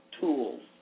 tools